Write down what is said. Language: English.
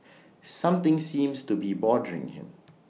something seems to be bothering him